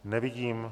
Nevidím.